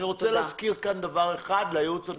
אני רוצה להזכיר כאן דבר אחד לייעוץ המשפטי.